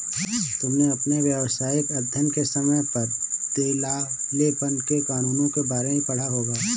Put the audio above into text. तुमने अपने व्यावसायिक अध्ययन के समय पर दिवालेपन के कानूनों के बारे में भी पढ़ा होगा